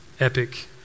Epic